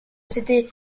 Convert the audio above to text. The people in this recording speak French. s’était